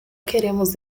queremos